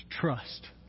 trust